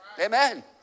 Amen